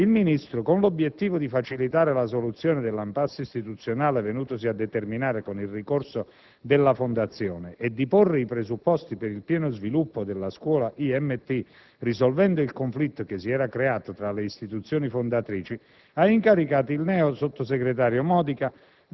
Questi, con l'obiettivo di facilitare la soluzione dell'*impasse* istituzionale venutasi a determinare con il ricorso della Fondazione e di porre i presupposti per il pieno sviluppo della scuola IMT, risolvendo il conflitto creatosi tra le istituzioni fondatrici, incarica il neosottosegretario Modica